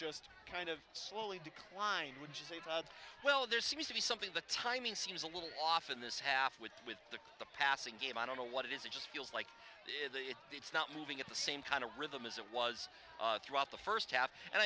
just kind of slowly declined with well there seems to be something the timing seems a little off in this half wit with the passing game i don't know what it is it just feels like it's not moving at the same kind of rhythm as it was throughout the first half and